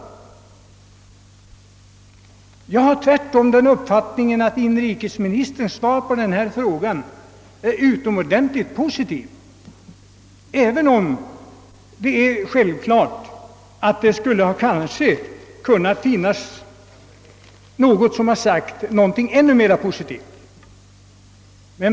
Jag har till skillnad från herr Lorentzon den uppfattningen att inrikesministerns svar på denna fråga är utomordentligt positivt — vilket inte hindrar att det kunde ha varit ännu mer Ppositivt.